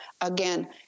again